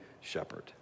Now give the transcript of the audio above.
shepherd